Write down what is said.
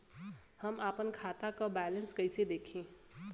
हम आपन खाता क बैलेंस कईसे देखी?